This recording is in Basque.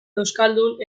euskaldun